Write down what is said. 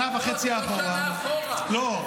שנה וחצי אחורה --- לא,